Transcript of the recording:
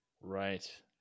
Right